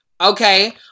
okay